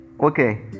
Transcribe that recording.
Okay